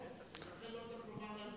ולכן לא צריך לומר שהם